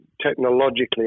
technologically